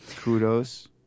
Kudos